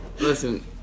Listen